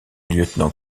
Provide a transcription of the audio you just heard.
lieutenant